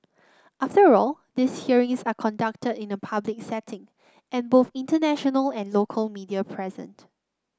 after all these hearings are conducted in a public setting and both international and local media present